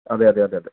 അതെ അതെ അതെ അതെ